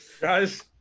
Guys